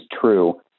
true